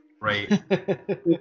Right